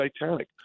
Titanic